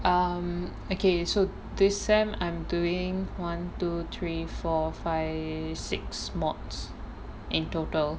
um okay so this semester I'm doing one two three four five six modules in total